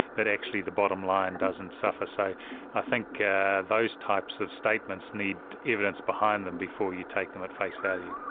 that actually the bottom-line doesn't suffer. so i think yeah those those types of statements need evidence behind them before you take them at face value.